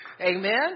Amen